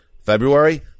February